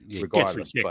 regardless